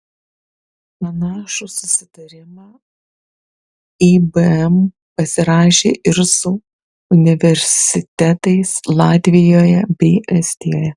panašų susitarimą ibm pasirašė ir su universitetais latvijoje bei estijoje